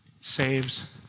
saves